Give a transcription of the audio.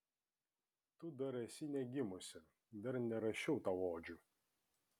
tu dar esi negimusi dar nerašiau tau odžių